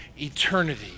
eternity